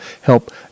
help